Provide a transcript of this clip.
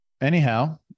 Anyhow